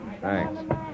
Thanks